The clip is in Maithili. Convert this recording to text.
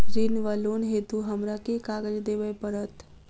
ऋण वा लोन हेतु हमरा केँ कागज देबै पड़त?